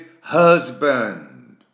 husband